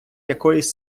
якоїсь